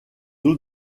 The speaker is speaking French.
eaux